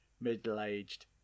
middle-aged